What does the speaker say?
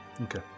Okay